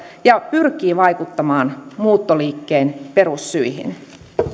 ja pyrkii vaikuttamaan muuttoliikkeen perussyihin